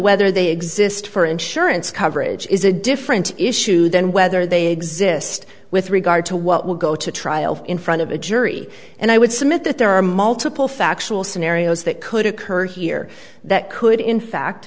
whether they exist for insurance coverage is a different issue than whether they exist with regard to what will go to trial in front of a jury and i would submit that there are multiple factual scenarios that could occur here that could in fact